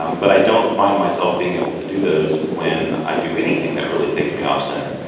um but i don't find myself being able to do those when i do anything that really takes me off center.